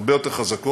הרבה יותר חזקות,